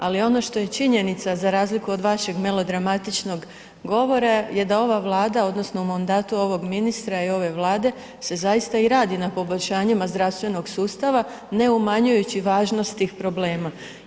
Ali ono što je činjenica za razliku od vašeg melodramatičnog govora je da ova Vlada odnosno u mandatu ovog ministra i ove Vlade se zaista i radi na poboljšanjima zdravstvenog sustava ne umanjujući važnost tih problema.